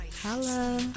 Hello